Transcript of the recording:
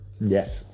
Yes